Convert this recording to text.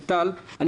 טל,